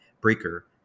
Breaker